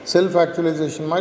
Self-actualization